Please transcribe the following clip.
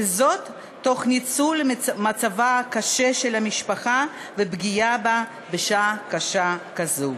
וזאת תוך ניצול מצבה הקשה של המשפחה ופגיעה בה בשעה קשה כזאת.